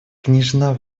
княжна